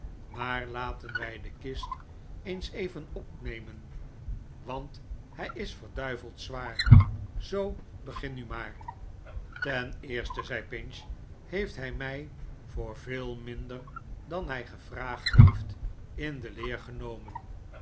maar laten wij de kist eens even omnemen want hij is verduiveld zwaar zoo begin nu maar ten eerste zei pinch heeft hij mij voor veel minder dan hij gevraagd heeft in de